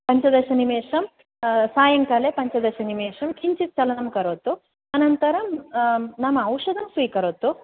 पञ्चदशनिमेषं सायंकाले पञ्चदशनिमेषं किञ्चित् चलनं करोतु अनन्तरं नाम औषधं स्वीकरोतु